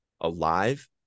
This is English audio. alive